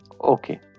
Okay